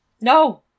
no